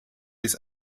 bis